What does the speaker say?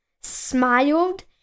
smiled